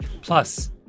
Plus